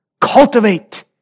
cultivate